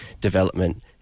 development